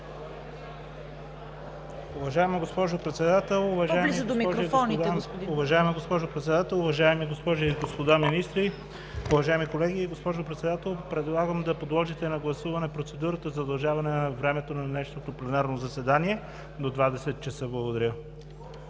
Уважаема госпожо Председател, уважаеми госпожи и господа министри, уважаеми колеги! Госпожо Председател, предлагам да подложите на гласуване процедурата за удължаване на времето на днешното пленарно заседание до 20,00 ч. Благодаря.